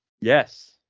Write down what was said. Yes